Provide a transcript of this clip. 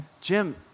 Jim